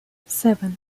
seven